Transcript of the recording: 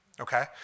Okay